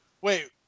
Wait